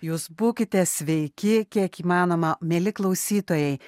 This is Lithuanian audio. jūs būkite sveiki kiek įmanoma mieli klausytojai